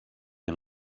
and